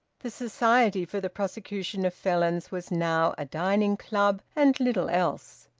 the society for the prosecution of felons was now a dining-club and little else.